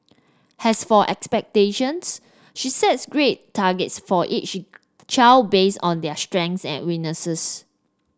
has for expectations she sets grade targets for each child based on their strengths and weaknesses